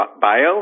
bio